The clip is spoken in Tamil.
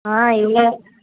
ஆ இவங்க